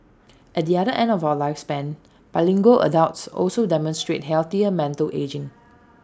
at the other end of our lifespan bilingual adults also demonstrate healthier mental ageing